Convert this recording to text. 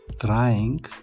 trying